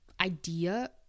idea